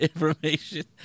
information